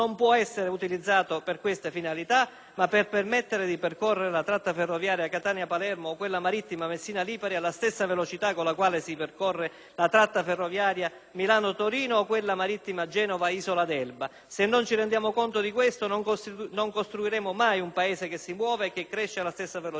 ma per permettere di percorrere la tratta ferroviaria Catania-Palermo o quella marittima Messina-Lipari alla stessa velocità con la quale si percorre la tratta ferroviaria Milano-Torino o quella marittima Genova-Isola d'Elba. Se non ci rendiamo conto di questo, non costruiremo mai un Paese che si muove e che cresce alla stessa velocità. Se non ci rendiamo conto di questo, allora non parliamo